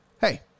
Hey